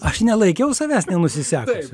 aš nelaikiau savęs nenusisekusiu